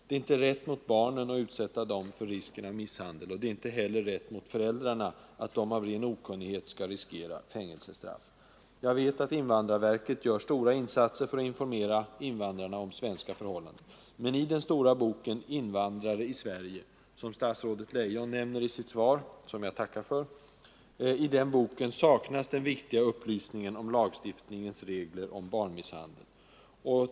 Det är inte rätt mot barnen att utsätta dem för risken av misshandel. Det är inte heller rätt mot föräldrarna att de av ren okunnighet skall riskera fängelsestraff. Jag vet att invandrarverket gör stora insatser för att informera invandrarna om svenska förhållanden. Men i den stora boken Invandrare i Sverige, som statsrådet Leijon nämner i sitt svar — som jag tackar för — saknas den viktiga upplysningen om lagstiftningens regler angående barnmisshandel.